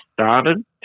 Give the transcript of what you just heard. started